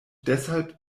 deshalb